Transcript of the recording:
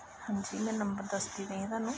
ਹਾਂਜੀ ਮੈਂ ਨੰਬਰ ਦੱਸਦੀ ਪਈ ਹੈ ਤੁਹਾਨੂੰ